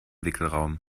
wickelraum